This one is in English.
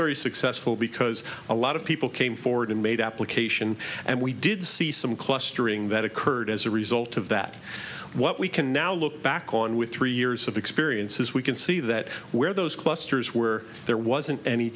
very successful because a lot of people came forward and made application and we did see some clustering that occurred as a result of that what we can now look back on with three years of experience as we can see that where those clusters where there wasn't any